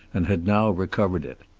and had now recovered it.